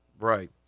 Right